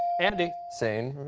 andy? seine?